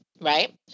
right